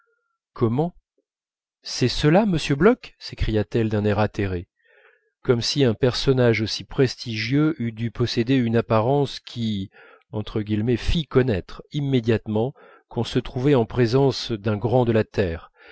comment c'est cela m bloch s'écria-t-elle d'un air atterré comme si un personnage aussi prestigieux eût dû posséder une apparence qui fît connaître immédiatement qu'on se trouvait en présence d'un grand de la terre